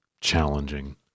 challenging